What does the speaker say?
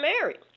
married